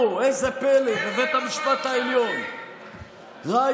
בבית המשפט הרבני אין קשרי משפחה?